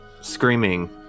screaming